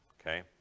okay